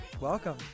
welcome